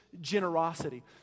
generosity